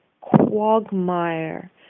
quagmire